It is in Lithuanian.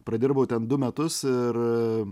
pradirbau ten du metus ir